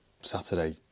Saturday